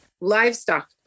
Livestock